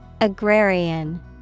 Agrarian